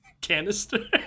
canister